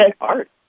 art